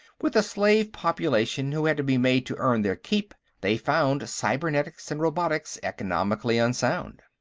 with a slave population who had to be made to earn their keep, they found cybernetics and robotics economically unsound.